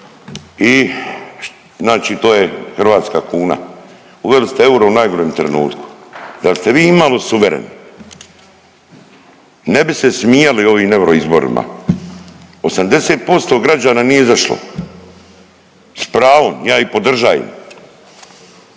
i znači to je hrvatska kuna. Uveli ste euro u najgorem trenutku. Da ste vi i malo suvereni ne bi se smijali ovim euro izborima. 80% građana nije izašlo s pravom, ja ih podržajem.